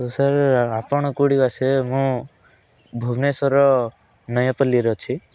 ତ ସାର୍ ଆପଣ କେଉଁଠିକୁ ଆସିବେ ମୁଁ ଭୁବନେଶ୍ୱର ନୟାପଲ୍ଲୀ ରେ ଅଛି